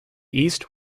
east